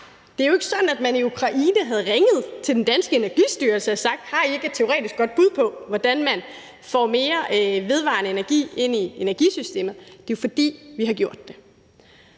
Det er jo ikke sådan, at man i Ukraine havde ringet til den danske Energistyrelse og spurgt, om ikke de har et teoretisk godt bud på, hvordan man får mere vedvarende energi ind i energisystemet. Det er jo, fordi vi har gjort det.